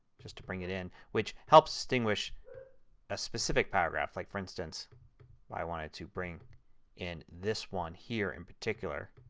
just to bring it in which helps distinguish a specific paragraph. like for instance if i wanted to bring in this one here in particular